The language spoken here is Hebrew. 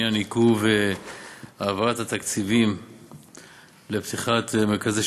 בעניין עיכוב העברת התקציבים לפתיחת מרכזי